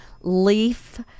leaf